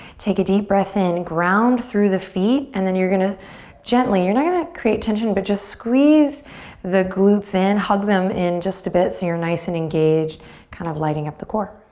take a deep breath in, ground through the feet and then you're gonna gently, you're not gonna create tension but just squeeze the glutes in, hug them in just a bit so you're nice and engaged kind of lighting up the core.